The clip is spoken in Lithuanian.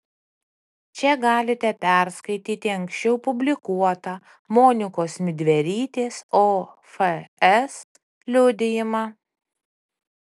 čia galite perskaityti anksčiau publikuotą monikos midverytės ofs liudijimą